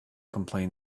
complain